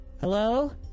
Hello